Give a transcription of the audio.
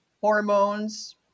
hormones